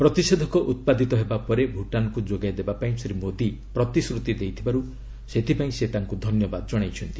ପ୍ରତିଷେଧକ ଉତ୍ପାଦିତ ହେବା ପରେ ଭୂଟାନ୍କୁ ଯୋଗାଇବାପାଇଁ ଶ୍ରୀ ମୋଦି ପ୍ରତିଶ୍ରତି ଦେଇଥିବାରୁ ସେଥିପାଇଁ ସେ ତାଙ୍କୁ ଧନ୍ୟବାଦ ଜଣାଇଛନ୍ତି